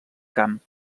camp